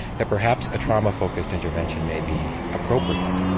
that perhaps a trauma focused intervention may be appropriate.